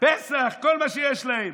פסח וכל מה שיש להם,